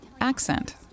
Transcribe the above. accent